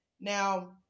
Now